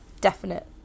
definite